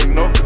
no